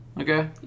Okay